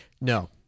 No